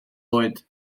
oed